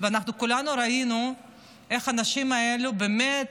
ואנחנו כולנו ראינו איך האנשים האלה באמת